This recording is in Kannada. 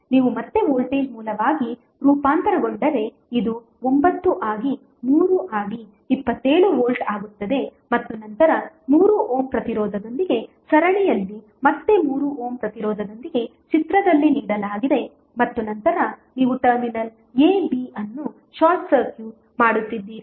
ನೀವು ಮತ್ತೆ ವೋಲ್ಟೇಜ್ ಮೂಲವಾಗಿ ರೂಪಾಂತರಗೊಂಡರೆ ಇದು 9 ಆಗಿ 3 ಆಗಿ 27 ವೋಲ್ಟ್ ಆಗುತ್ತದೆ ಮತ್ತು ನಂತರ 3 ಓಮ್ ಪ್ರತಿರೋಧದೊಂದಿಗೆ ಸರಣಿಯಲ್ಲಿ ಮತ್ತೆ 3 ಓಮ್ ಪ್ರತಿರೋಧದೊಂದಿಗೆ ಚಿತ್ರದಲ್ಲಿ ನೀಡಲಾಗಿದೆ ಮತ್ತು ನಂತರ ನೀವು ಟರ್ಮಿನಲ್ ab ಅನ್ನು ಶಾರ್ಟ್ ಸರ್ಕ್ಯೂಟ್ ಮಾಡುತ್ತಿದ್ದೀರಿ